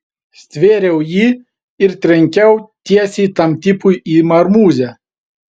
stvėriau jį ir trenkiau tiesiai tam tipui į marmūzę